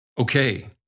Okay